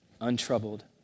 untroubled